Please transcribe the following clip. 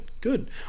Good